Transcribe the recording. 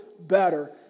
better